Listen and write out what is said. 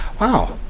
Wow